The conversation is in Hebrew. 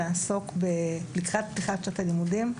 לקראת פתיחת שנת הלימודים,